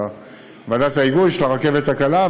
בוועדת ההיגוי של הרכבת הקלה,